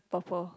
top four